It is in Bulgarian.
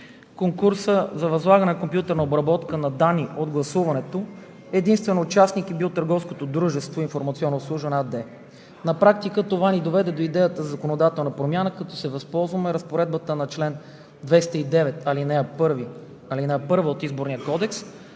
конкурса за възлагане на компютърна обработка на данни от гласуването единствен участник е бил търговското дружество „Информационно обслужване“ АД. На практика това ни доведе до идеята за законодателна промяна, като се възползвахме от разпоредбата на чл. 209, ал. 1 от Изборния кодекс,